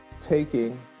taking